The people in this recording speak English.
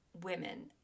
women